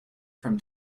from